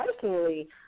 personally